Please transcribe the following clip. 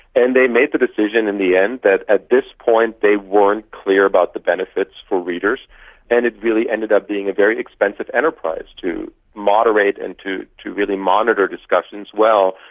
and they made the decision in the end that at this point they weren't clear about the benefits for readers and it really ended up being a very expensive enterprise to moderate and to to really monitor discussions well,